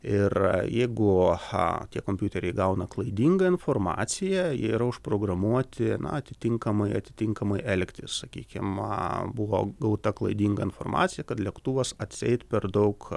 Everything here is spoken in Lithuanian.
ir jeigu kompiuteriai gauna klaidingą informaciją jie yra užprogramuoti atitinkamai atitinkamai elgtis sakykim buvo gauta klaidinga informacija kad lėktuvas atseit per daug